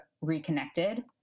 reconnected